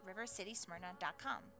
rivercitysmyrna.com